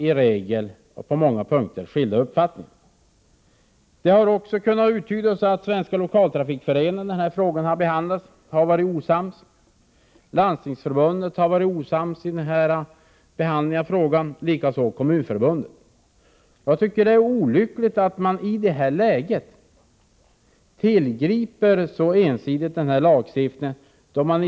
I regel har man på flera punkter skilda uppfattningar. Det har också kunnat uttydas att man inom Svenska lokaltrafikföreningen i samband med behandlingen av den här frågan har varit osams. Även i Landstingsförbundet har man varit osams, och likaså inom Kommunförbundet. Det är olyckligt att man i det läget så ensidigt tillgriper lagstiftning på detta område.